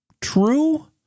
true